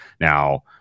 Now